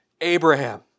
Abraham